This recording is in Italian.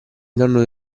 nonno